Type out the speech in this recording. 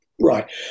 Right